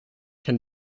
can